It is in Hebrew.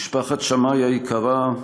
משפחת שמאי היקרה: